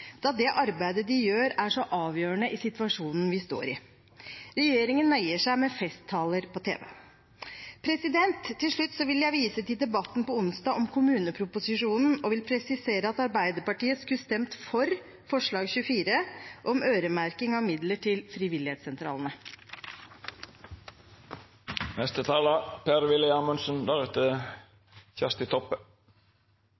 da det arbeidet de gjør, er så avgjørende i situasjonen vi står i. Regjeringen nøyer seg med festtaler på tv. Til slutt vil jeg vise til debatten på onsdag om kommuneproposisjonen og vil presisere at Arbeiderpartiet skulle stemt for forslag nr. 24 om øremerking av midler til